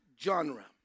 genre